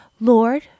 Lord